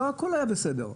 לא הכול היה בסדר.